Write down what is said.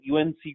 UNC